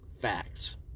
facts